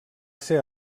ser